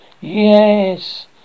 Yes